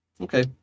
Okay